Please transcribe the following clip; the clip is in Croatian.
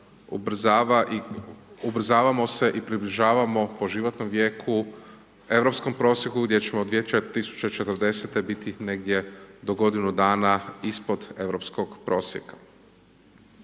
ubrzavamo se i približavamo po životnom vijeku europskom prosjeku gdje ćemo 2040. biti negdje do godinu dana ispod europskog prosjeka.